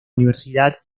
universidad